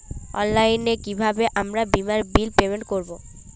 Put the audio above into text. অনলাইনে কিভাবে আমার বীমার বিল পেমেন্ট করবো?